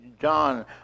John